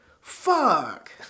Fuck